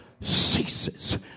ceases